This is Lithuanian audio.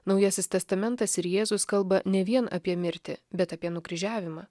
naujasis testamentas ir jėzus kalba ne vien apie mirtį bet apie nukryžiavimą